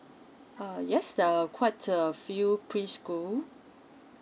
uh yes uh quite a few preschool